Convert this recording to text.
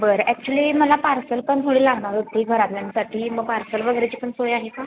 बरं ॲक्च्युअली मला पार्सल पण थोडी लागणार होती घरातल्यांसाठी मग पार्सल वगैरेची पण सोय आहे का